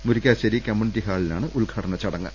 Murikkassery community ഹാളി ലാണ് ഉദ്ഘാടന ചടങ്ങ്